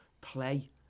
play